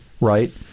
right